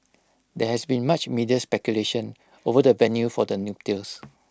there has been much media speculation over the venue for the nuptials